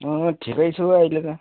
अँ ठिकै छु अहिले त